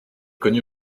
connue